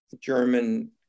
German